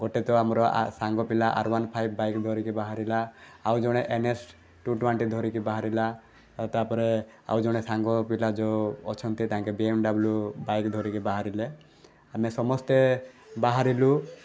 ଗୋଟେ ତ ଆମର ଆ ସାଙ୍ଗ ପିଲା ଆର୍ ୱାନ୍ ଫାଇବ୍ ବାଇକ ଧରିକି ବାହାରିଲା ଆଉ ଜଣେ ଏନ୍ ଏସ ଟୁ ଟ୍ୱେଣ୍ଟି ଧରିକି ବାହାରିଲା ଆଉ ତା'ପରେ ଆଉ ଜଣେ ସାଙ୍ଗ ପିଲା ଯେଉଁ ଅଛନ୍ତି ତାଙ୍କ ବି ଏମ୍ ଡବ୍ଲୁ ବାଇକ୍ ଧରିକି ବାହାରିଲେ ଆମେ ସମସ୍ତେ ବାହାରିଲୁ